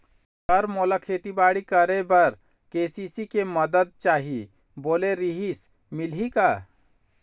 Sir मोला खेतीबाड़ी करेबर के.सी.सी के मंदत चाही बोले रीहिस मिलही का?